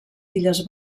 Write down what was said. illes